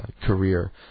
career